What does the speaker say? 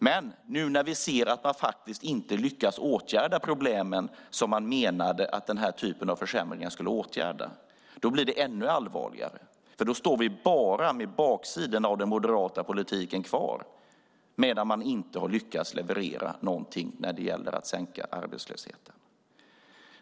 Men när vi nu ser att man inte lyckas åtgärda de problem som man menade att den här typen av försämringar skulle åtgärda blir det ännu allvarligare. Då står vi bara med baksidorna av den moderata politiken kvar, medan man inte har lyckats leverera någonting när det gäller att minska arbetslösheten.